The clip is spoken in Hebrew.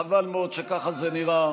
חבל מאוד שככה זה נראה.